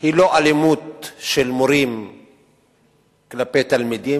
היא לא אלימות של מורים כלפי תלמידים,